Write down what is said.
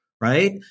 Right